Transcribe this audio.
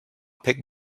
pick